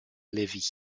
lévy